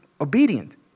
obedient